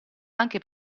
anche